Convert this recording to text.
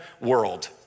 world